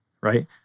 right